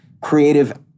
creative